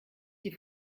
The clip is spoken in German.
die